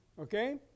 Okay